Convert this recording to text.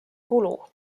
kulu